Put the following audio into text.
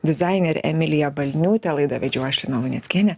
dizainerę emiliją balniūtę laidą vedžiau aš lina luneckienė